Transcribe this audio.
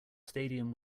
stadium